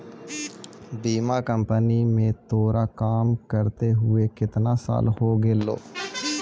बीमा कंपनी में तोरा काम करते हुए केतना साल हो गेलो